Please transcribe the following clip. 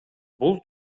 бул